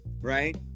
Right